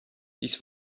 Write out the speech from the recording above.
dies